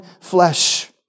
flesh